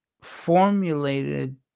formulated